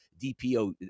DPO